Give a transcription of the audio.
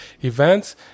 events